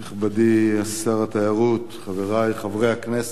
נכבדי שר התיירות, חברי חברי הכנסת,